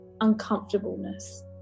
uncomfortableness